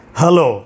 Hello